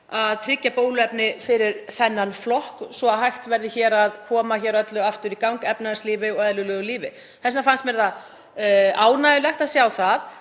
að tryggja bóluefni fyrir þennan flokk svo hægt verði að koma hér öllu aftur í gang, efnahagslífi og eðlilegu lífi. Þess vegna fannst mér ánægjulegt að sjá að